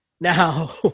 Now